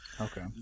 Okay